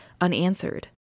unanswered